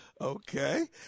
Okay